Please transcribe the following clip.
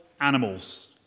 animals